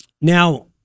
Now